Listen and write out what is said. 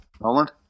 Roland